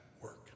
work